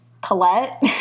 Colette